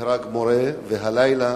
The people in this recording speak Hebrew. נהרג מורה, והלילה